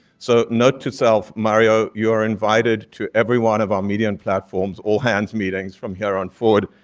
so, note to self, mario, you are invited to every one of our media and platforms or hands meetings from here on forward.